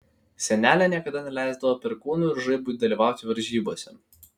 senelė niekada neleisdavo perkūnui ir žaibui dalyvauti varžybose